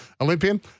Olympian